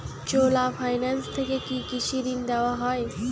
চোলা finance থেকে কি কৃষি ঋণ দেওয়া হয়?